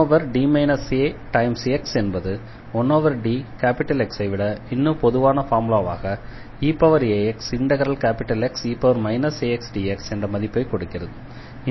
1D aX என்பது 1DX ஐ விட இன்னும் பொதுவான ஃபார்முலாவாக eaxXe axdx என்ற மதிப்பை கொடுக்கிறது